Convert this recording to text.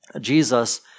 Jesus